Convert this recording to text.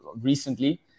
recently